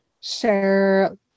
share